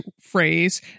phrase